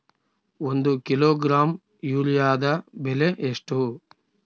ಒಂದು ಕಿಲೋಗ್ರಾಂ ಯೂರಿಯಾದ ಬೆಲೆ ಎಷ್ಟು?